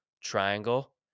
triangle